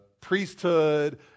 priesthood